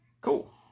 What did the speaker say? cool